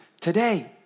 today